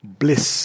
bliss